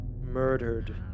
Murdered